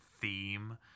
theme